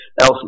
else